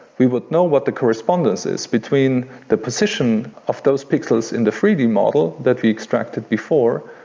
we would know what the correspondence is between the position of those pixels in the three d model that we extracted before,